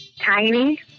Tiny